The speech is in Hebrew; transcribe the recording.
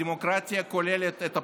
הדמוקרטיה כוללת את הפרלמנט,